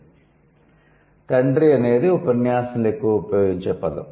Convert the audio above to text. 'తండ్రి' అనేది ఉపన్యాసంలో ఎక్కువగా ఉపయోగించే పదం